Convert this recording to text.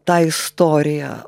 ta istorija